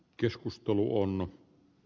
keskusta vuonna